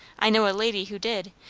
i know a lady who did,